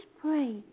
pray